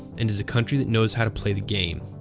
and is a country that knows how to play the game.